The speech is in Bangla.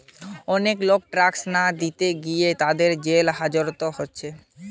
অনেক লোক ট্যাক্স না দিতে গিয়ে তাদের জেল হাজত হচ্ছে